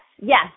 yes